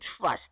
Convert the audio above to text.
trust